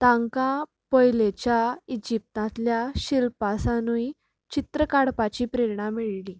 तांका पयलेच्या इजिप्टांतल्या शिल्पासानूय चित्र काडपाची प्रेरणा मेळली